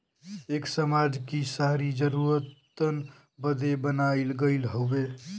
एक समाज कि सारी जरूरतन बदे बनाइल गइल हउवे